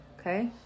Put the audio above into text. Okay